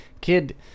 kid